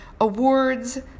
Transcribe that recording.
awards